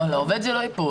לא, על העובד זה לא ייפול.